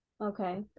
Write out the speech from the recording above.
Okay